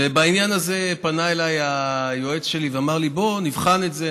ובעניין הזה פנה אליי היועץ שלי ואמר לי: בוא נבחן את זה,